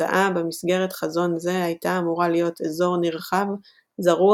התוצאה במסגרת חזון זה הייתה אמורה להיות אזור נרחב זרוע